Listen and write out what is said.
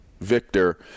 Victor